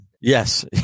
Yes